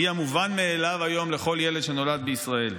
היא המובן מאליו היום לכל ילד שנולד בישראל.